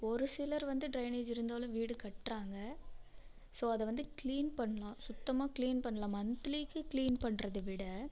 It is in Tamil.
ஒரு சிலர் வந்து டிரைனேஜ் இருந்தாலும் வீடு கட்டுறாங்க ஸோ அதை வந்து கிளீன் பண்ணலாம் சுத்தமாக கிளீன் பண்ணலாம் மந்த்லிக்கு கிளீன் பண்றதை விட